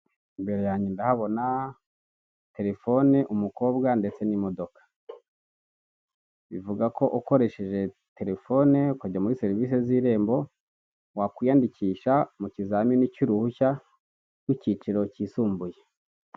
Aho abagenzi bicara bari kuruhuka harimo abagenzi hubakishije ibyuma hariho n'intebe bicayeho mu muhanda harimo abantu bari kugenda hirya hari ikizu kinini cya etaje giteye amarangi y'umuhondo hejuru hariho n'ikigega.